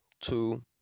two